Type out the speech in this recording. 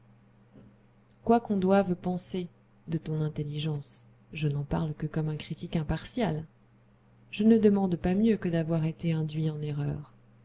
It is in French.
quoi qu'on doive penser de ton intelligence je n'en parle que comme un critique impartial je ne demande pas mieux que d'avoir été induit en erreur